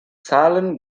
zahlen